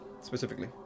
specifically